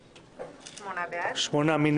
שעה תיקון)(תיקון מס' 2)(הוראת שעה קיצור המועד להשבת התמורה),